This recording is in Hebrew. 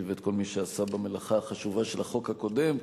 ואת כל מי שעשה במלאכה החשובה של החוק הקודם,